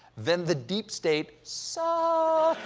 then the deep state so